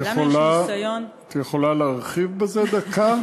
את יכולה להרחיב בזה דקה?